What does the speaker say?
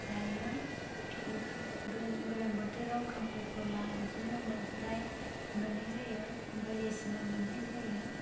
जायो ओंखा गोलो गोलोम बोथोराव खांख्रिख'ला बिदिनो मैफ्राय मोन्नाय जायो बायदिसिना मोन्नाय जायो